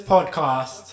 Podcast